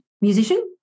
musician